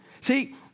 See